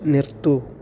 നിർത്തൂ